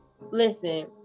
listen